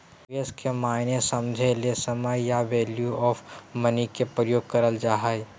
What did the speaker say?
निवेश के मायने समझे ले समय आर वैल्यू ऑफ़ मनी के प्रयोग करल जा हय